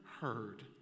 heard